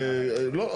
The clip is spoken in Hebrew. לא,